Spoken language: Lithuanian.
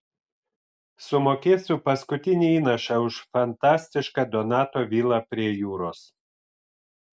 sumokėsiu paskutinį įnašą už fantastišką donato vilą prie jūros